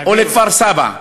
העבירו אותה.